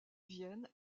vienne